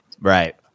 Right